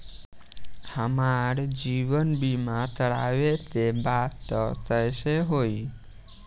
हमार जीवन बीमा करवावे के बा त कैसे होई?